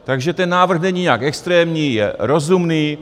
Takže ten návrh není nijak extrémní, je rozumný.